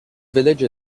village